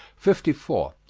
fifty four.